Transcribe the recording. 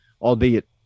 Albeit